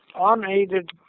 unaided